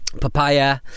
papaya